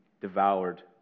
devoured